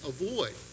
avoid